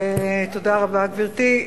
גברתי,